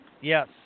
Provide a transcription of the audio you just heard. Yes